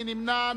מי נמנע?